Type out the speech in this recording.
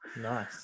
Nice